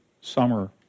summer